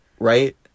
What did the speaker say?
right